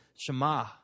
Shema